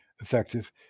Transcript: effective